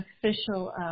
official